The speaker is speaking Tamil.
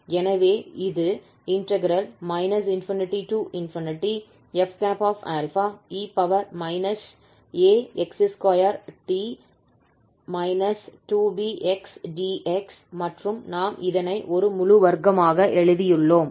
எனவே இது ∞f e ax2t 2bxdx மற்றும் நாம் இதனை ஒரு முழு வர்க்கமாக எழுதியுள்ளோம்